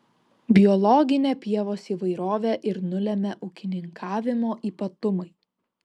biologinę pievos įvairovę ir nulemia ūkininkavimo ypatumai